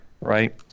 right